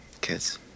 Kids